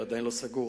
עדיין לא סגור,